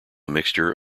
mixture